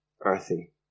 Earthy